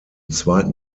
zweiten